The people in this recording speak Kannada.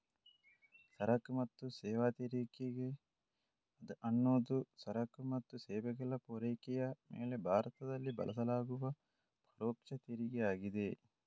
ಸರಕು ಮತ್ತು ಸೇವಾ ತೆರಿಗೆ ಅನ್ನುದು ಸರಕು ಮತ್ತು ಸೇವೆಗಳ ಪೂರೈಕೆಯ ಮೇಲೆ ಭಾರತದಲ್ಲಿ ಬಳಸಲಾಗುವ ಪರೋಕ್ಷ ತೆರಿಗೆ ಆಗಿದೆ